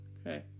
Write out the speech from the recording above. Okay